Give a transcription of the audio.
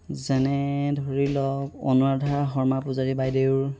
যেনে ধৰি লওক অনুৰাধা শৰ্মা পূজাৰী বাইদেউৰ